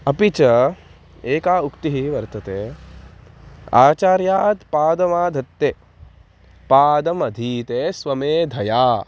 अपि च एका उक्तिः वर्तते आचार्यात् पादमाधत्ते पादम् अधीते स्वमेधया